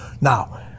Now